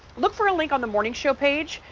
look for a link on the morning show page.